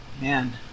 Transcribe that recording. Man